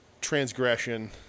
transgression